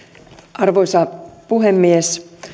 arvoisa puhemies